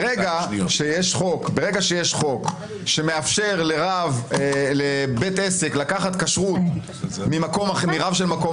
ברגע שיש חוק שמאפשר לבית עסק לקחת כשרות מרב של מקום